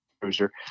cruiser